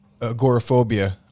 agoraphobia